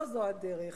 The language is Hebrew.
לא זו הדרך.